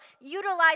utilize